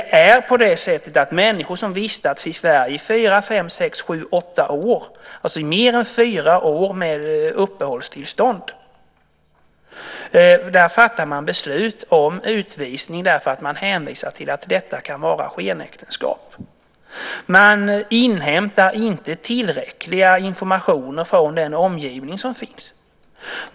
För människor som vistats i Sverige i fyra, fem, sex, sju, åtta år med uppehållstillstånd fattar man beslut om utvisning med hänvisning till att det kan vara skenäktenskap. Man inhämtar inte tillräckliga informationer från den omgivning som finns.